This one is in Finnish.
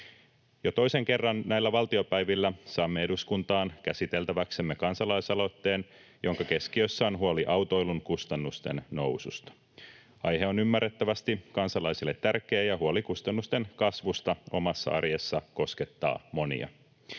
Jo toisen kerran näillä valtiopäivillä saamme eduskuntaan käsiteltäväksemme kansa-laisaloitteen, jonka keskiössä on huoli autoilun kustannusten noususta. Aihe on ymmärrettävästi kansalaisille tärkeä, ja huoli kustannusten kasvusta omassa arjessa koskettaa monia.